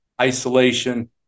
isolation